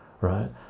right